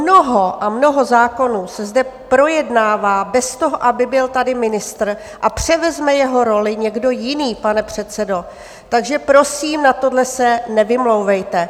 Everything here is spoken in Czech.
Mnoho a mnoho zákonů se zde projednává bez toho, aby tady byl ministr, a převezme jeho roli někdo jiný, pane předsedo, takže prosím, na tohle se nevymlouvejte.